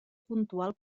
puntual